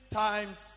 times